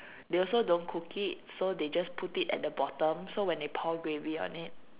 they also don't cook it so they just put it at the bottom so when they pour gravy on it